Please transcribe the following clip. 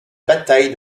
bataille